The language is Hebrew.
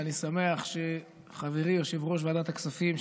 אני שמח שחברי יושב-ראש ועדת הכספים,